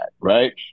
right